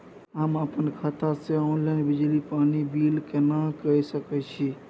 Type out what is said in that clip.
हम अपन खाता से ऑनलाइन बिजली पानी बिल केना के सकै छी?